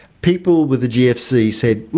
people with the gfc said,